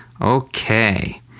Okay